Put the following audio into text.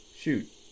shoot